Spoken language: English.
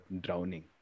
drowning